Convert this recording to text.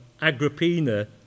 Agrippina